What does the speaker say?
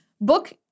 book